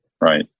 Right